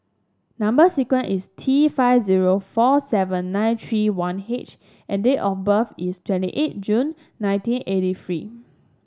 number sequence is T five zero four seven nine three one H and date of birth is twenty eight June nineteen eighty three